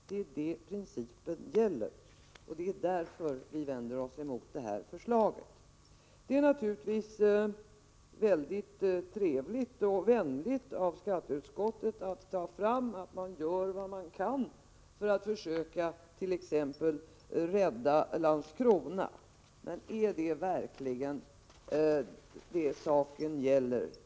Det är det principen gäller, och det är därför vi vänder oss emot det här förslaget. Det är naturligtvis trevligt och vänligt av skatteutskottet att framhålla att man gör vad man kan för att försöka rädda t.ex. Landskrona. Men är det verkligen det saken gäller?